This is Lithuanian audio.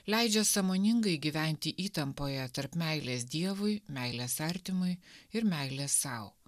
leidžia sąmoningai gyventi įtampoje tarp meilės dievui meilės artimui ir meilės sau